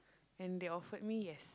and they offered me yes